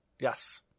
Yes